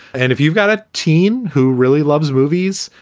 and if you've got a team who really loves movies,